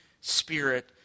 spirit